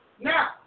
Now